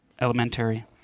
elementary